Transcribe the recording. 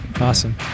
Awesome